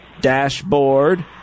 Dashboard